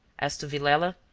as to villela,